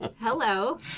hello